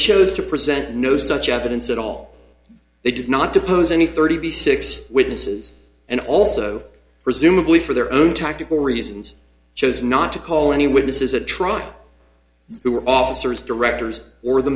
chose to present no such evidence at all they did not to oppose any thirty six witnesses and also presumably for their own tactical reasons chose not to call any witnesses a trial who were officers directors or the